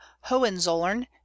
Hohenzollern